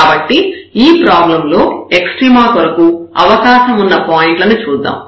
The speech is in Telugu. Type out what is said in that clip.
కాబట్టి ఈ ప్రాబ్లం లో ఎక్స్ట్రీమ కొరకు అవకాశం ఉన్న పాయింట్లను చూద్దాం